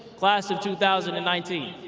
class of two thousand and nineteen.